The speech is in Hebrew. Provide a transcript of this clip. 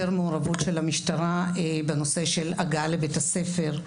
מעורבות של המשטרה בנושא של הגעה לבית הספר.